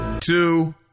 two